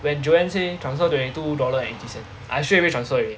when joanne say transfer twenty two dollar eighty cents I straight away transfer already